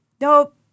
Nope